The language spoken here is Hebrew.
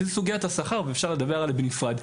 והיא סוגיית השכר ואפשר לדבר עליה בנפרד.